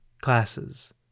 classes